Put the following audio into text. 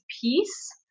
peace